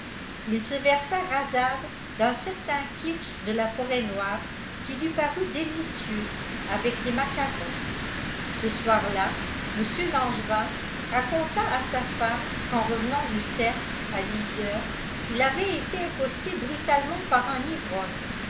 il se versa rasade d'un certain kirsch de la forêt noire qui lui parut délicieux avec des macarons ce soir-là mr langevin raconta à sa femme qu'en revenant du cercle à dix heures il avait été accosté brutalement par un ivrogne